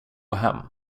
hem